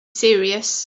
serious